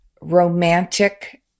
romantic